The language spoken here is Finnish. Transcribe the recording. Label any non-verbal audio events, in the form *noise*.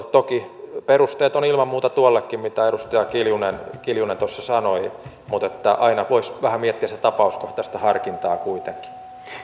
*unintelligible* toki perusteet on ilman muuta tuollekin mitä edustaja kiljunen kiljunen tuossa sanoi mutta aina voisi vähän miettiä sitä tapauskohtaista harkintaa kuitenkin